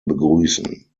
begrüßen